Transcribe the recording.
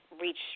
reach